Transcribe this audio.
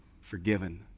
forgiven